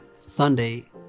Sunday